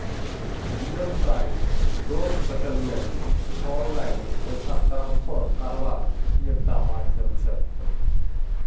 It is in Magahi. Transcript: real time gross settlement online पैसा ट्रान्सफर कारवार एक टा माध्यम छे